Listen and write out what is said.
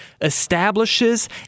establishes